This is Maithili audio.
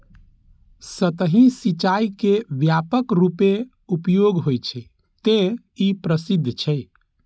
सतही सिंचाइ के व्यापक रूपें उपयोग होइ छै, तें ई प्रसिद्ध छै